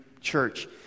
church